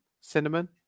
Cinnamon